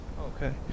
Okay